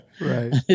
Right